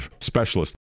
specialist